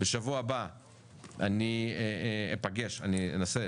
בשבוע הבא אני אנסה